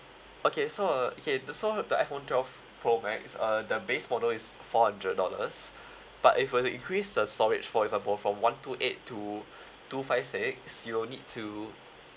okay so uh okay the so the iphone twelve pro max uh the base model is four hundred dollars but if you were to increase the storage for example from one two eight to two five six you will need to